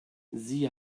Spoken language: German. sie